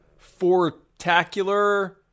fortacular